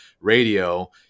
radio